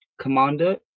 commander